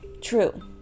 True